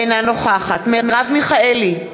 אינה נוכחת מרב מיכאלי,